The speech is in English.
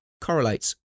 correlates